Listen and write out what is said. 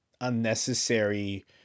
unnecessary